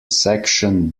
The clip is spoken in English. section